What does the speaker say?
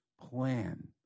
plan